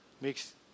makes